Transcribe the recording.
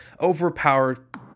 overpowered